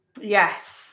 yes